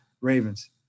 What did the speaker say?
Ravens